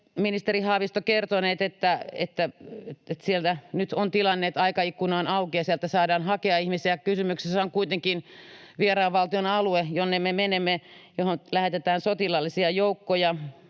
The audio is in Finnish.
ministeri Haavisto, kertonut, että siellä nyt on se tilanne, että aikaikkuna on auki ja sieltä saadaan hakea ihmisiä. Kysymyksessä on kuitenkin vieraan valtion alue, jonne me menemme, jonne lähetetään sotilaallisia joukkoja,